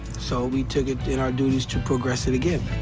so we took it in our duties to progress it again.